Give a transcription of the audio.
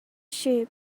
sheep